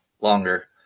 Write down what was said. longer